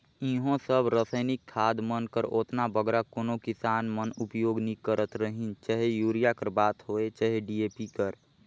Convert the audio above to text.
इहों सब रसइनिक खाद मन कर ओतना बगरा कोनो किसान मन उपियोग नी करत रहिन चहे यूरिया कर बात होए चहे डी.ए.पी कर